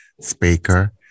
speaker